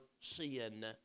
sin